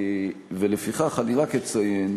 לפיכך אני רק אציין,